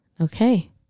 Okay